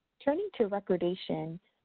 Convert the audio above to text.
turning to recordation,